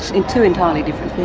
and two entirely different